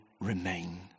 remain